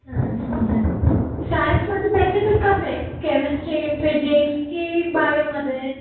सायन्समध्ये सायन्समध्ये पेसिफिक कसं आहे केमेस्ट्री फिजिक्स की बायोमध्ये